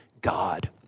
God